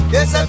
Yes